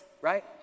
Right